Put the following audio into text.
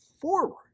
forward